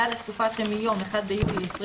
בעד התקופה שמיום (1 ביולי 2020)